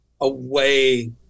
away